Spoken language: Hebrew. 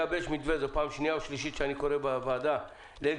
זאת פעם שנייה או שלישית שאני קורא בוועדה למשרד